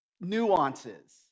nuances